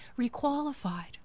requalified